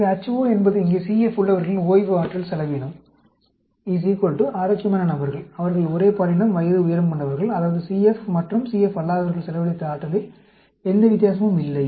எனவே Ho என்பது இங்கே CF உள்ளவர்களின் ஓய்வு ஆற்றல் செலவினம் ஆரோக்கியமான நபர்கள் அவர்கள் ஒரே பாலினம் வயது உயரம் கொண்டவர்கள் அதாவது CF மற்றும் CF அல்லாதவர்கள் செலவழித்த ஆற்றலில் எந்த வித்தியாசமும் இல்லை